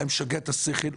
היה משגע את השכל.